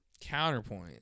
Counterpoint